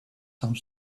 some